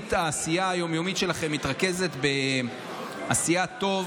מרבית העשייה היום-יומית שלכם מתרכזת בעשיית טוב